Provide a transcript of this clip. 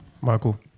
Michael